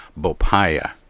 Bopaya